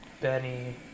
Benny